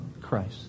Christ